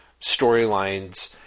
storylines